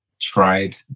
tried